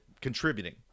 contributing